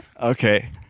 Okay